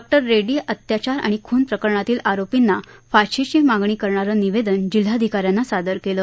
प्रियंका रेड़डी अत्याचार आणि खुन प्रकरणातील आरोपींना फाशीची मागणी करणारं निवेदन जिल्हाधिकाऱ्यांना सादर केलं